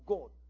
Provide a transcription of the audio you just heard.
God